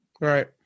Right